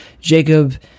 Jacob